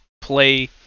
play